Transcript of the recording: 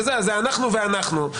אז זה אנחנו ואנחנו,